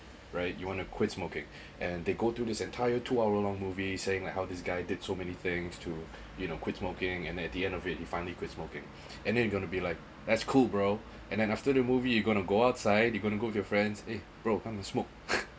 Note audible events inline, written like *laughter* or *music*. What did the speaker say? right you want to quit smoking and they go through this entire two hour long movie saying like how this guy did so many things to you know quit smoking and at the end of it he finally quit smoking and then you gonna be like that's cool bro and then after the movie you gonna go outside you gonna go with your friends eh bro come lets smoke *laughs*